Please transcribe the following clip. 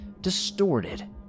distorted